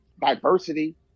diversity